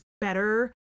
better